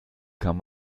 kann